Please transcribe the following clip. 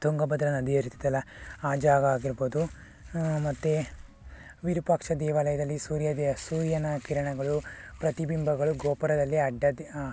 ತುಂಗಭದ್ರಾ ನದಿ ಹರಿತಿತ್ತಲ್ಲ ಆ ಜಾಗ ಆಗಿರ್ಬೋದು ಮತ್ತು ವಿರೂಪಾಕ್ಷ ದೇವಾಲಯದಲ್ಲಿ ಸೂರ್ಯ ದೇ ಸೂರ್ಯನ ಕಿರಣಗಳು ಪ್ರತಿಬಿಂಬಗಳು ಗೋಪುರದಲ್ಲಿ ಅಡ್ಡದ್ದಿ